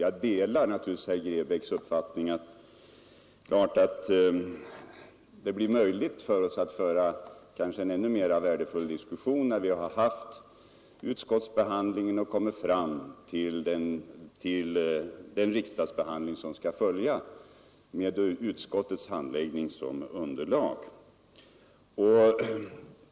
Jag delar naturligtvis herr Grebäcks uppfattning att det blir möjligt för oss att föra en kanske ännu värdefullare diskussion i den riksdagsbehandling som kommer när vi har utskottets handläggning som underlag.